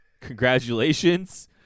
congratulations